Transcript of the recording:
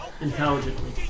Intelligently